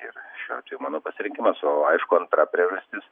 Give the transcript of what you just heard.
ir šiuo atveju mano pasirinkimas o aišku antra priežastis